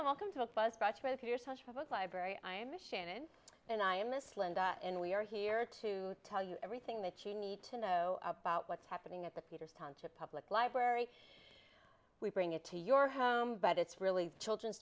library i'm shannon and i and this linda and we are here to tell you everything that you need to know about what's happening at the theaters to public library we bring it to your home but it's really children's